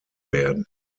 werden